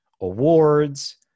Awards